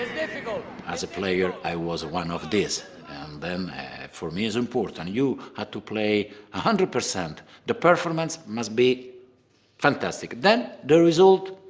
as a player, i was one of these, and then for me, it's important. and you have to play one ah hundred per cent, the performance must be fantastic. then, the result,